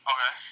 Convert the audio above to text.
Okay